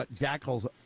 jackals